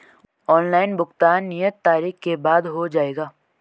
Online भुगतान नियत तारीख के बाद हो जाएगा?